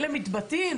אלה מתבטאים,